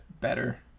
better